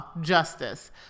justice